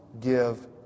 give